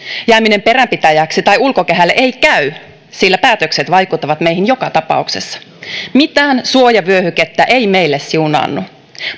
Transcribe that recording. jääminen peränpitäjäksi tai ulkokehälle ei käy sillä päätökset vaikuttavat meihin joka tapauksessa mitään suojavyöhykettä ei meille siunaannu